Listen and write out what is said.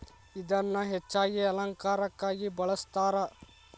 ಇದನ್ನಾ ಹೆಚ್ಚಾಗಿ ಅಲಂಕಾರಕ್ಕಾಗಿ ಬಳ್ಸತಾರ